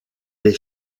les